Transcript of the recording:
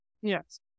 Yes